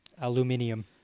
Aluminium